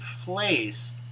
place